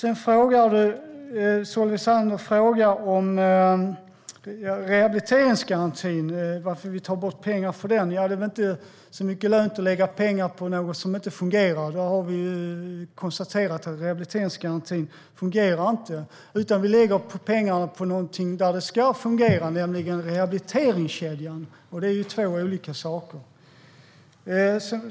Lotta Finstorp frågar varför vi tar bort pengar från rehabiliteringsgarantin. Det är inte så mycket lönt att lägga pengar på något som inte fungerar. Vi har konstaterat att rehabiliteringsgarantin inte fungerar. Vi lägger pengarna på någonting som ska fungera, nämligen rehabiliteringskedjan. Det är två olika saker.